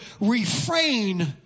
refrain